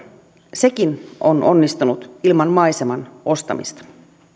sekin on onnistunut ilman maiseman ostamista